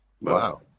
Wow